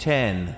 Ten